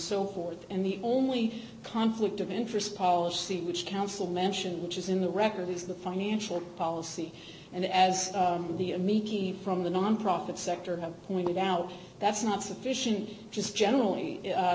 so forth and the only conflict of interest policy which council mentioned which is in the record is the financial policy and as the a miki from the nonprofit sector have pointed out that's not sufficient just generally